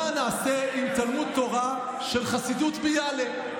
מה נעשה עם תלמוד תורה של חסידות ביאלא?